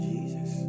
Jesus